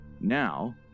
Now